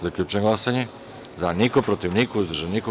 Zaključujem glasanje: za – niko, protiv – niko, uzdržanih – nema.